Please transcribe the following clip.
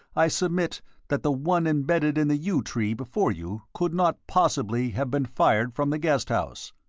i submit that the one embedded in the yew tree before you could not possibly have been fired from the guest house!